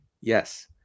Yes